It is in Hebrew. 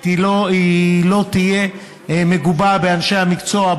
לא תהיה מגובה באנשי המקצוע,